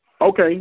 Okay